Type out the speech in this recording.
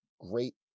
great